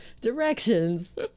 directions